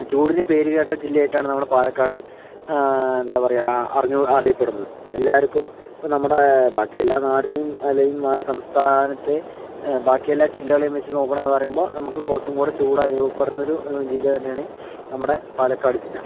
ചൂടിന് പേരുകേട്ട ജില്ലയായിട്ടാണ് നമ്മുടെ പാലക്കാട് എന്താ പറയുക അറിഞ്ഞു അറിയപ്പെടുന്നത് എല്ലാവർക്കും ഇപ്പോൾ നമ്മുടെ ബാക്കിയെല്ലാ നാടിനെയും അല്ലെങ്കിൽ സംസ്ഥാനത്തെ ബാക്കിയെല്ലാ ജില്ലകളെയും വെച്ച് നോക്കുവാണ് എന്ന് പാറയുമ്പോൾ നമുക്ക് കുറച്ചും കൂടെ ചൂട് അനുഭവപ്പെടുന്ന ഒരു ജില്ല തന്നെയാണ് നമ്മുടെ പാലക്കാട് ജില്ല